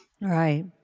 Right